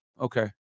Okay